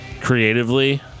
creatively